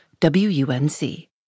WUNC